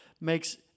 makes